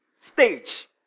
stage